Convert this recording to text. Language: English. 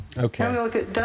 Okay